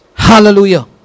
Hallelujah